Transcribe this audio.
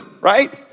right